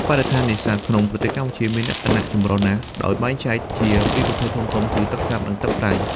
បរិស្ថាននេសាទក្នុងប្រទេសកម្ពុជាមានលក្ខណៈចម្រុះណាស់ ដោយបែងចែកជាពីរប្រភេទធំៗ គឺទឹកសាប និងទឹកប្រៃ។